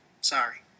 sorry